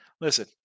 listen